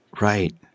Right